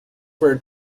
were